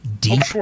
deep